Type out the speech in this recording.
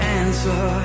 answer